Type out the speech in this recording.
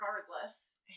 regardless